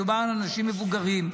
מדובר באנשים מבוגרים,